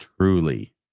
truly